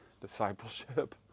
discipleship